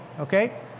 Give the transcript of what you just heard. okay